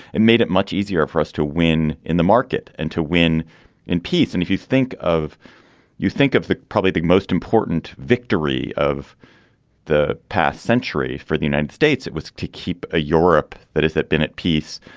it made it much easier for us to win in the market and to win in peace. and if you think of you think of probably the most important victory of the past century for the united states, it was to keep a europe that is it been at peace.